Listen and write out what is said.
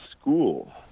school